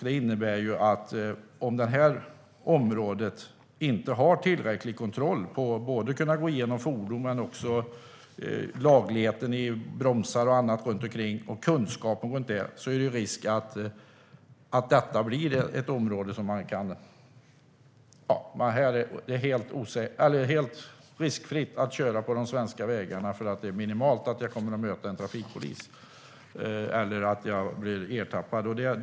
Det innebär ju att det om vi inte har tillräcklig kontroll på det här området - både när det gäller att kunna gå igenom fordon och när det gäller lagligheten i bromsar och annat runt omkring, liksom kunskapen runt det - finns en risk att detta blir ett område där man tänker att det är helt riskfritt att köra på de svenska vägarna, eftersom det är minimal risk att möta en trafikpolis eller bli ertappad.